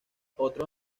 otros